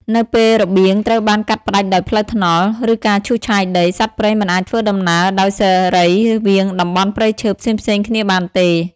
នៅពេលរបៀងត្រូវបានកាត់ផ្តាច់ដោយផ្លូវថ្នល់ ឬការឈូសឆាយដី សត្វព្រៃមិនអាចធ្វើដំណើរដោយសេរីរវាងតំបន់ព្រៃឈើផ្សេងៗគ្នាបានទេ។